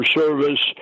service